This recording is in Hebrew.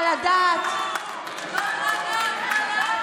עוד רק התחלנו.